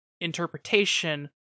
interpretation